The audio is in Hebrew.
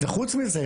וחוץ מזה,